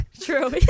True